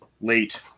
late